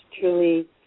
truly